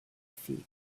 feet